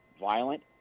violent